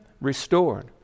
restored